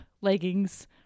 leggings